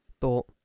thought